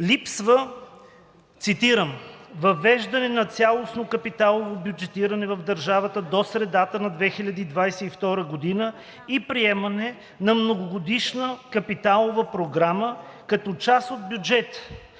липсва – цитирам: „въвеждане на цялостно капиталово бюджетиране в държавата до средата на 2022 г. и приемане на многогодишна капиталова програма като част от бюджета.